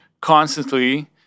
constantly